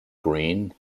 greene